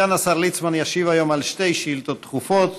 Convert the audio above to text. סגן השר ליצמן ישיב היום על שתי שאילתות דחופות.